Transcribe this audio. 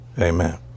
amen